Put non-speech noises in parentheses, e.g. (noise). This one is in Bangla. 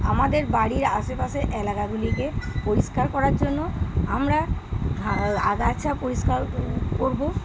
আমাদের বাড়ির আশেপাশের এ্যলাকাগুলিকে পরিষ্কার করার জন্য আমরা (unintelligible) আগাছা পরিষ্কার করব